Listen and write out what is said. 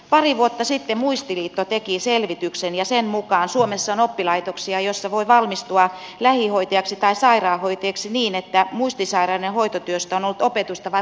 pari vuotta sitten muistiliitto teki selvityksen ja sen mukaan suomessa on oppilaitoksia joissa voi valmistua lähihoitajaksi tai sairaanhoitajaksi niin että muistisairaiden hoitotyöstä on ollut opetusta vain muutamia tunteja